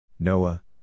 Noah